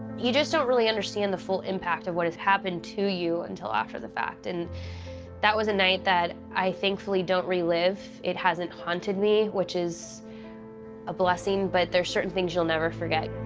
you just don't really understand the full impact of what has happened to you until after the fact, and that was a night that i thankfully don't relive, it hasn't haunted me, which is a blessing, but there's certain things you'll never forget.